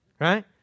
right